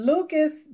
Lucas